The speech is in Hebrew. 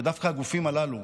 ודווקא הגופים הללו,